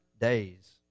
days